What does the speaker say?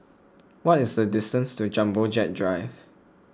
what is the distance to Jumbo Jet Drive